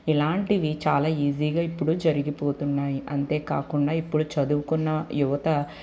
ఇలాంటివి చాలా ఈజీగా ఇప్పుడు జరిగిపోతున్నాయ్ అంతేకాకుండా ఇప్పుడు చదువుకున్న యువత